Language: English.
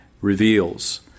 reveals